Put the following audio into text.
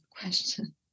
question